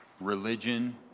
religion